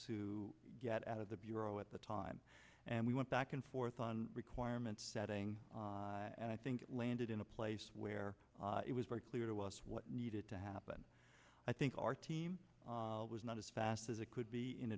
to get out of the bureau at the time and we went back and forth on requirements setting and i think it landed in a place where it was very clear to us what needed to happen i think our team was not as fast as it could be in